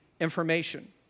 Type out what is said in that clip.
information